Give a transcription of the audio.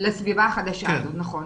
לסביבה החדשה הזאת, נכון.